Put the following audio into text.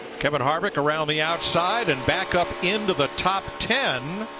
kevin harvik around the outside and back up into the top ten.